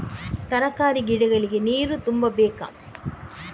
ತರಕಾರಿ ಗಿಡಗಳಿಗೆ ನೀರು ತುಂಬಬೇಕಾ?